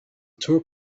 tour